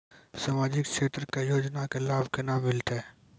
समाजिक क्षेत्र के योजना के लाभ केना मिलतै?